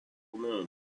known